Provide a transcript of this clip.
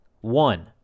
One